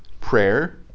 prayer